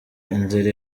inzira